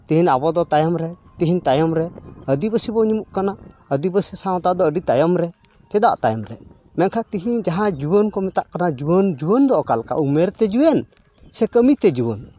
ᱛᱤᱦᱤᱧ ᱟᱵᱚ ᱫᱚ ᱛᱟᱭᱚᱢ ᱨᱮ ᱛᱤᱦᱤᱧ ᱛᱟᱭᱚᱢ ᱨᱮ ᱟᱹᱫᱤᱵᱟᱹᱥᱤ ᱵᱚᱱ ᱧᱩᱢᱩᱜ ᱠᱟᱱᱟ ᱟᱹᱫᱤᱵᱟᱹᱥᱤ ᱥᱟᱶᱛᱟ ᱫᱚ ᱟᱹᱰᱤ ᱛᱟᱭᱚᱢ ᱨᱮ ᱪᱮᱫᱟᱜ ᱛᱟᱭᱚᱢ ᱨᱮ ᱢᱮᱱᱠᱷᱟᱱ ᱛᱤᱦᱤᱧ ᱡᱟᱦᱟᱸ ᱡᱩᱣᱟᱹᱱ ᱠᱚ ᱢᱮᱛᱟ ᱠᱚ ᱠᱟᱱᱟ ᱡᱩᱣᱟᱹᱱ ᱫᱚ ᱚᱠᱟᱞᱮᱠᱟ ᱩᱢᱮᱨ ᱛᱮ ᱡᱩᱣᱟᱹᱱ ᱥᱮ ᱠᱟᱹᱢᱤ ᱛᱮ ᱡᱩᱣᱟᱹᱱ